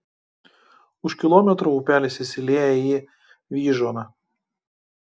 už kilometro upelis įsilieja į vyžuoną